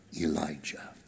Elijah